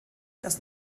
das